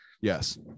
Yes